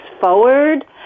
forward